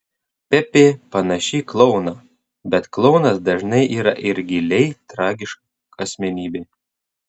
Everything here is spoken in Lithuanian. pepė panaši į klouną bet klounas dažnai yra ir giliai tragiška asmenybė